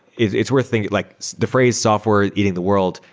it's worth thinking. like the phrase software eating the world,